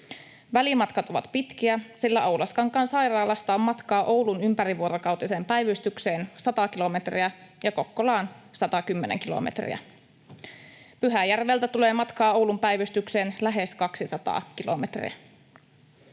Välimatkat ovat pitkiä, sillä Oulaskankaan sairaalasta on matkaa Oulun ympärivuorokautiseen päivystykseen 100 kilometriä ja Kokkolaan 110 kilometriä. Pyhäjärveltä tulee matkaa Oulun päivystyksen lähes 200 kilometriä.